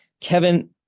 Kevin